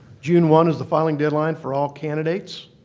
june one is the filing deadline for all candidates.